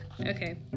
Okay